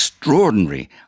Extraordinary